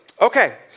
Okay